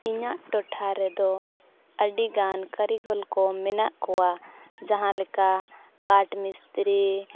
ᱤᱧᱟᱹᱜ ᱴᱚᱴᱷᱟ ᱨᱮᱫᱚ ᱟᱹᱰᱤᱜᱟᱱ ᱠᱟᱹᱨᱤᱜᱚᱞ ᱠᱚ ᱢᱮᱱᱟᱜ ᱠᱚᱣᱟ ᱡᱟᱦᱟᱸ ᱞᱮᱠᱟ ᱠᱟᱴ ᱢᱤᱥᱛᱨᱤ